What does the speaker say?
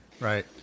right